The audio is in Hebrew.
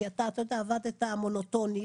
כי עבדת מונוטוני,